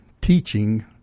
teaching